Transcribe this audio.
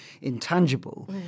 intangible